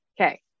okay